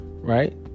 Right